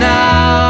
now